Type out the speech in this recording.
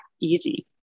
easy